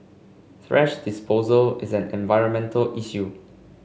thrash disposal is an environmental issue